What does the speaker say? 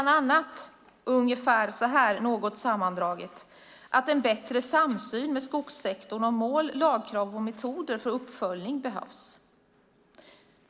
Där står något sammandraget att en bättre samsyn med skogssektorn om mål, lagkrav och metoder för uppföljning behövs.